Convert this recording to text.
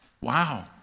wow